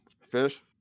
Fish